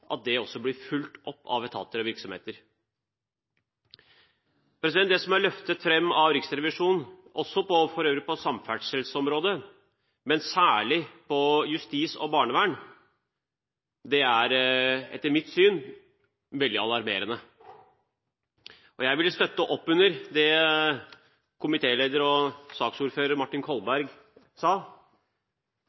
også blir fulgt opp av etater og virksomheter. Det som er løftet fram av Riksrevisjonen på samferdselsområdet, men særlig på områdene justis og barnevern, er etter mitt syn veldig alarmerende. Jeg vil støtte opp under det komitéleder og saksordfører Martin Kolberg sa,